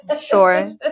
Sure